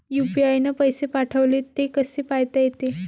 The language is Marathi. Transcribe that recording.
यू.पी.आय न पैसे पाठवले, ते कसे पायता येते?